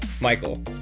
Michael